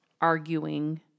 arguing